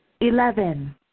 eleven